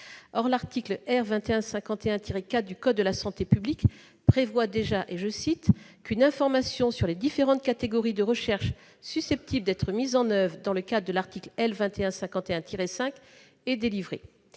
Or l'article R. 2151-4 du code de la santé publique prévoit déjà qu'« une information sur les différentes catégories de recherches susceptibles d'être mises en oeuvre dans le cadre de l'article L. 2151-5 est délivrée ».